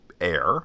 air